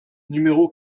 numéro